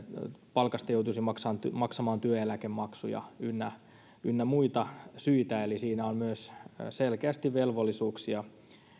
palkasta joutuisi maksamaan työeläkemaksuja ynnä ynnä muista syistä eli siinä on selkeästi myös velvollisuuksia